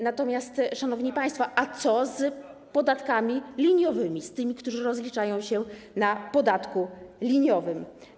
Natomiast, szanowni państwo, a co z podatkami liniowymi, z tymi, którzy rozliczają się, płacąc podatek liniowy?